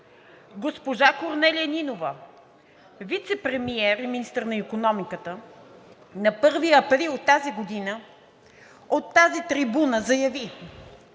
Госпожа Корнелия Нинова – вицепремиер и министър на икономиката, на 1 април тази година от тази трибуна заяви